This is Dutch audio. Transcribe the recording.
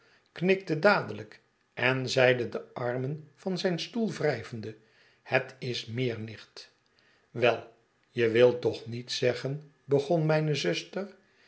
knikte dadelijk en zeide de armen van zijn stoel wrijvende het is meer nicht wei je wilt toch niet zeggen begon mijne zuster